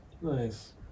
Nice